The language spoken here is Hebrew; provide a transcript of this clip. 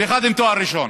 ואחד עם תואר ראשון